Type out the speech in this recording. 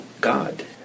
God